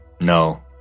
no